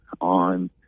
on